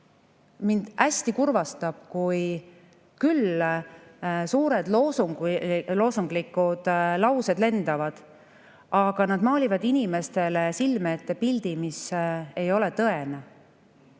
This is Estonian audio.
Mind hästi kurvastab, kui suured loosunglikud laused lendavad. Nad maalivad inimestele silme ette pildi, mis ei ole tõene.